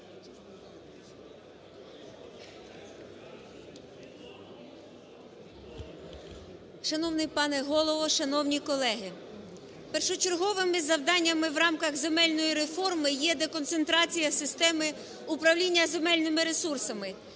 Шановний пане Голово, шановні колеги! Першочерговими завданнями в рамках земельної реформи є деконцентрація системи управління земельними ресурсами,